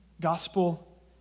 Gospel